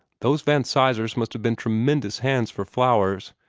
those van sizers must have been tremendous hands for flowers.